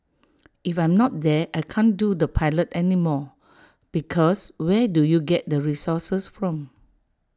if I'm not there I can't do the pilot anymore because where do you get the resources from